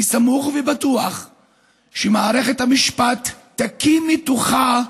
אני סמוך ובטוח שמערכת המשפט תקיא מתוכה,